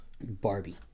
Barbie